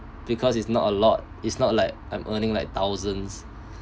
because it's not a lot it's not like I'm earning like thousands